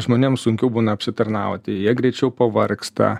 žmonėms sunkiau būna apsitarnauti jie greičiau pavargsta